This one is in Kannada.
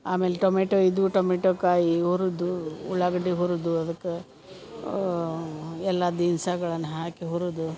ಆಮೇಲೆ ಟೊಮೇಟೊ ಇದ್ವು ಟೊಮೇಟೊ ಕಾಯಿ ಹುರಿದು ಉಳಾಗಡ್ಡಿ ಹುರಿದು ಅದಕ್ಕೆ ಎಲ್ಲಾ ದಿನ್ಸಗಳನ್ನ ಹಾಕಿ ಹುರಿದು